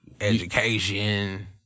education